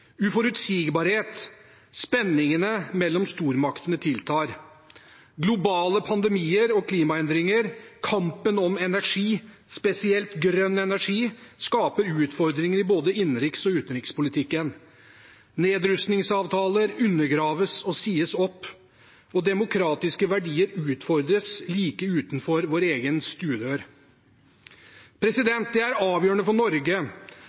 uforutsigbarhet og at spenningene mellom stormaktene tiltar. Globale pandemier, klimaendringer og kampen om energi, spesielt grønn energi, skaper utfordringer i både innenriks- og utenrikspolitikken. Nedrustningsavtaler undergraves og sies opp, og demokratiske verdier utfordres like utenfor vår egen stuedør. Det er avgjørende for Norge